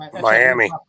Miami